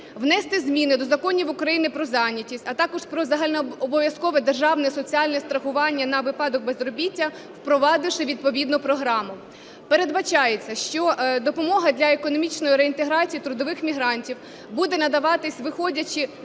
внести зміни до законів України про зайнятість, а також "Про загальнообов'язкове державне соціальне страхування на випадок безробіття" впровадивши відповідну програму. Передбачається, що допомога для економічної реінтеграції трудових мігрантів буде надаватись, виходячи